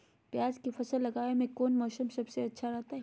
प्याज के फसल लगावे में कौन मौसम सबसे अच्छा रहतय?